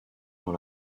dans